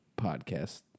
podcast